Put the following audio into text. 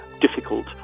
difficult